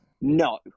no